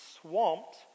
swamped